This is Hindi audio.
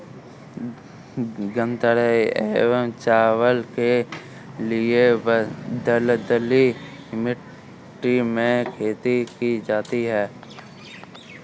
गन्ना एवं चावल के लिए दलदली मिट्टी में खेती की जाती है